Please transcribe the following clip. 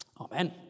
Amen